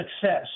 success